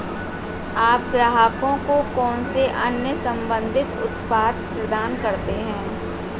आप ग्राहकों को कौन से अन्य संबंधित उत्पाद प्रदान करते हैं?